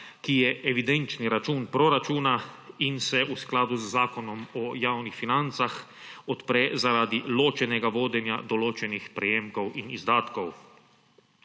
ki je evidenčni račun proračuna in se v skladu z Zakonom o javnih financah odpre zaradi ločenega vodenja določenih prejemkov in izdatkov.